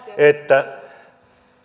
että